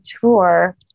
tour